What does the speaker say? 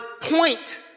point